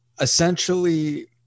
essentially